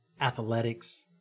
athletics